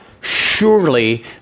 surely